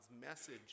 message